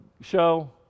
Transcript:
show